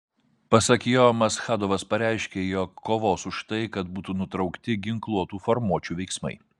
pasak jo maschadovas pareiškė jog kovos už tai kad būtų nutraukti ginkluotų formuočių veiksmai